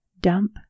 Dump